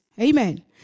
amen